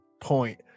point